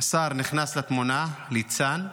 השר נכנס לתמונה, ליצן,